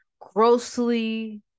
grossly